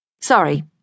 Sorry